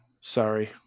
Sorry